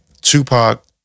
Tupac